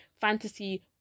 fantasy